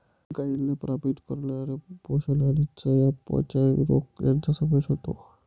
गायींना प्रभावित करणारे पोषण आणि चयापचय रोग यांचा समावेश होतो